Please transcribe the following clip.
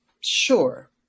sure